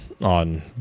on